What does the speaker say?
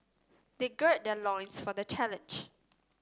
they gird their loins for the challenge